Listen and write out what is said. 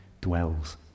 dwells